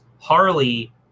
Harley